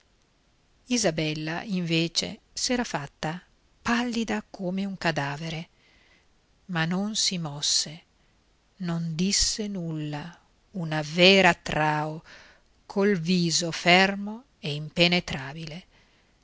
isabella invece s'era fatta pallida come un cadavere ma non si mosse non disse nulla una vera trao col viso fermo e impenetrabile